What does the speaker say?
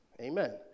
amen